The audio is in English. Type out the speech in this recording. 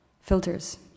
Filters